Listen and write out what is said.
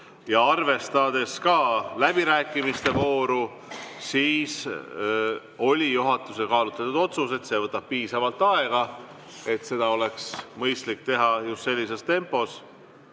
ja arvestades ka läbirääkimiste vooru, oli juhatuse kaalutletud otsus, et kuna see võtab piisavalt aega, siis seda oleks mõistlik teha just sellises tempos.